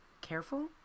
careful